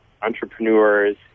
entrepreneurs